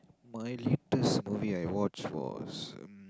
my latest movie I watch was